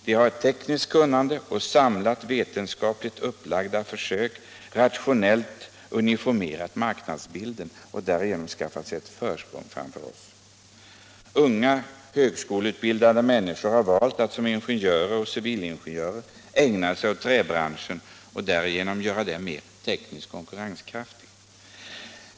De har med tekniskt kunnande och samlade, vetenskapligt upplagda försök rationellt uniformerat marknadsbilden och därigenom skaffat sig ett försprång före oss. Unga, högskoleutbildade människor har valt att som ingenjörer och civilingenjörer ägna sig åt träbranschen och därigenom göra den mer tekniskt konkurrenskraftig.